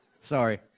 Sorry